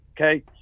okay